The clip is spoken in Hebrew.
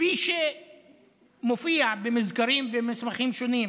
כפי שמופיע במזכרים ובמסמכים שונים.